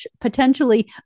potentially